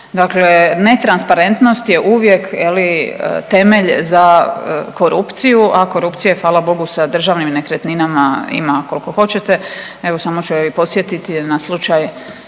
Dakle, netransparentnost je uvijek temelj za korupciju, a korupcije hvala Bogu sa državnim nekretninama ima kolko hoćete. Evo samo ću podsjetiti na slučaj